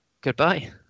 Goodbye